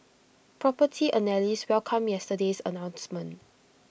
Property Analysts welcomed yesterday's announcement